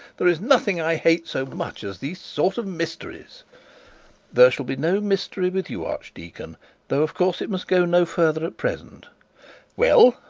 there is nothing i hate so much as these sort of mysteries there shall be no mystery with you, archdeacon though, of course, it must go no further at present well.